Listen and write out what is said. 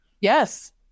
Yes